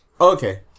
Okay